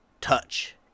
touch